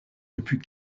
depuis